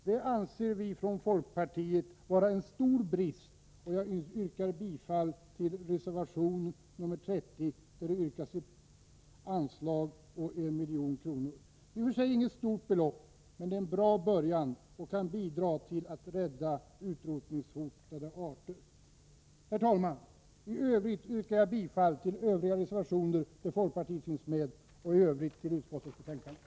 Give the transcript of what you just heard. Detta anser vi från folkpartiet vara en stor brist, och jag yrkar bifall till reservation 30, där det yrkas på ett anslag på 1 milj.kr. Det är i och för sig inget stort belopp, men det är en bra början och kan bidra till att rädda utrotningshotade arter. Herr talman! Jag yrkar också bifall till de övriga reservationer där folkpartiet finns med och i övrigt till utskottets hemställan.